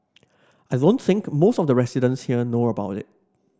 I don't think most of the residents here know about it